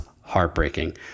heartbreaking